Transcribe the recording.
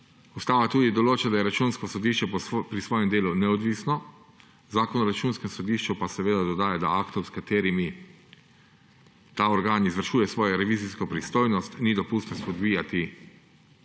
Ustava tudi določa, da je Računsko sodišče pri svojem delu neodvisno, Zakon o računskem sodišču pa seveda dodaja, da aktov, s katerimi ta organ izvršuje svojo revizijsko pristojnost, ni dopustno izpodbijati pred